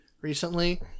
recently